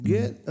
Get